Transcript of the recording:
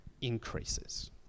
increases